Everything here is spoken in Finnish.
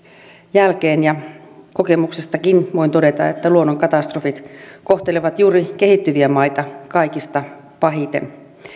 jälkeen ja kokemuksestakin voin todeta että luonnonkatastrofit kohtelevat juuri kehittyviä maita kaikista pahiten